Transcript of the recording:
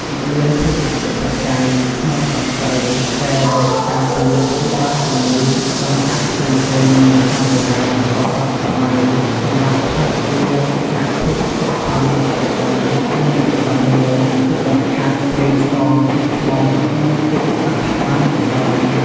គិលានភេសជ្ជបច្ច័យ ថ្នាំសង្កូវ កែរោគ ការពារ ព្យាបាលជម្ងឺដម្កាត់ផ្សេងៗមាន ថ្នាំបូរាណ ឱសថសម័យ សម្រាប់ផឹក លាប ចាក់ ភេសជ្ជៈ ៥ មុខជាដើម មានទឹកដោះរាវ ទឹកដោះខាប់ ប្រេងស្ក ទឹកឃ្មុំ និងទឹកអដ្ឋបានជាដើម ។